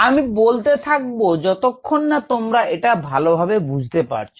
আমি বলতে থাকবো যতক্ষণ না তোমরা এটা ভালো ভাবে বুঝতে পারছ